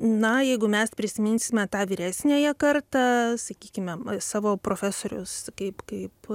na jeigu mes prisiminsime tą vyresniąją kartą sakykime savo profesorius kaip kaip